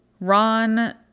Ron